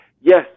Yes